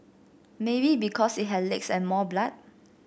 maybe because it had legs and more blood